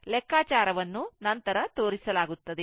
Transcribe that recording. ಲೆಕ್ಕಾಚಾರವನ್ನು ನಂತರ ತೋರಿಸಲಾಗುತ್ತದೆ